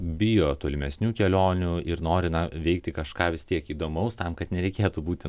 bijo tolimesnių kelionių ir nori na veikti kažką vis tiek įdomaus tam kad nereikėtų būti